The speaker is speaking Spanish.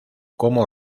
como